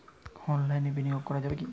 অনলাইনে বিনিয়োগ করা যাবে কি?